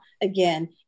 Again